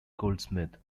goldsmith